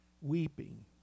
weeping